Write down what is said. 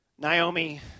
Naomi